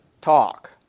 talk